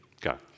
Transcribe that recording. Go